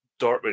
Dortmund